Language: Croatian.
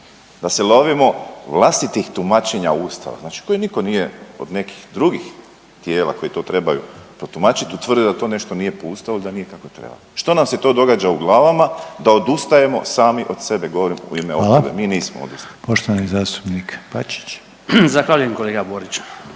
Da se lovimo vlastitih tumačenja Ustava, znači koje nitko nije od nekih drugih tijela koji to trebaju protumačiti, utvrdio da to nešto nije po Ustavu, da nije kako treba. Što nam se to događa u glavama da odustajemo sami od sebe, govorim u ime .../Upadica: Hvala./... oporbe, mi nismo odustali.